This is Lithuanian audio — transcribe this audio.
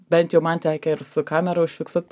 bent jau man tekę ir su kamera užfiksuot